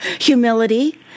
humility